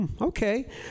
Okay